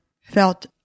felt